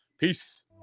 Peace